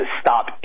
stop